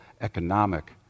economic